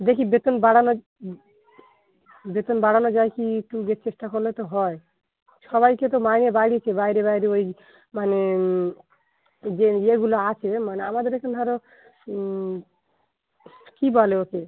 দেখি বেতন বাড়ানো বেতন বাড়ানো যায় কি একটু যেয়ে চেষ্টা করলে তো হয় সবাইকে তো মাইনে বাড়িয়েছে বাইরে বাইরে ওই মানে যে ইয়েগুলো আছে মানে আমাদের এখানে ধরো কী বলে ওকে